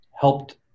helped